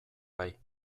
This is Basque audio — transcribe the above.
bai